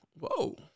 Whoa